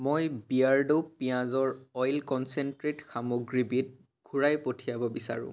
মই বিয়েৰ্ডো পিঁয়াজৰ অইল কন্চেনট্ৰেট সামগ্ৰীবিধ ঘূৰাই পঠিয়াব বিচাৰোঁ